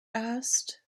asked